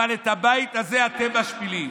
אבל את הבית הזה אתם משפילים.